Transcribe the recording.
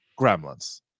Gremlins